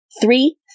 Three-